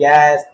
Yes